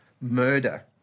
murder